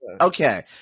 okay